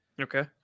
okay